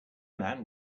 man